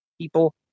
people